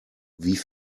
wie